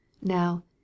now